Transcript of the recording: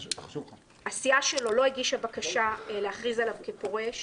והסיעה לא הגישה בקשה להכריז עליו כפורש